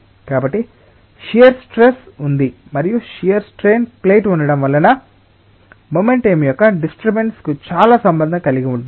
కాబట్టి shear stress ఉంది మరియు షియర్ స్ట్రెస్ ప్లేట్ ఉండటం వల్ల మొమెంటం యొక్క డిస్టర్బన్స్ కు చాలా సంబంధం కలిగి ఉంటుంది